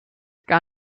gar